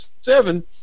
seven